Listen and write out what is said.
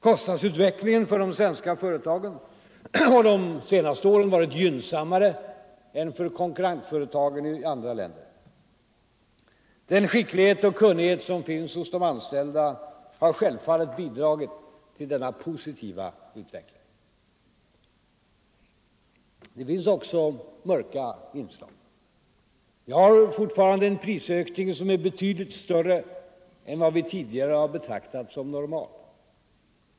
Kostnadsutvecklingen för de svenska företagen har de senaste åren varit gynnsammare än för konkurrentföretagen i andra länder. Den skicklighet och kunnighet som finns hos de anställda har självfallet bidragit till denna positiva utveckling. Det finns också mörka inslag. Vi har fortfarande en prisökning som är betydligt större än vad vi tidigare har betraktat som normalt.